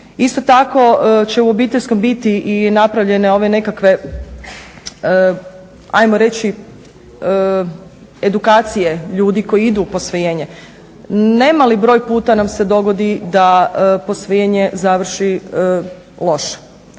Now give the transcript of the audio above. Isto tako će u obiteljskom biti i napravljene ove nekakve hajmo reći edukacije ljudi koji idu u posvojenje. Ne mali broj puta nam se dogodi da posvojenje završi loše,